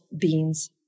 beans